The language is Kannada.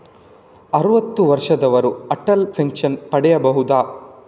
ಅರುವತ್ತು ವರ್ಷದವರು ಅಟಲ್ ಪೆನ್ಷನ್ ಪಡೆಯಬಹುದ?